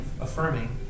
affirming